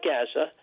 Gaza